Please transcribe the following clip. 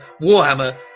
Warhammer